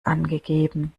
angegeben